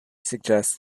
suggests